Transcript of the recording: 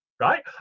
Right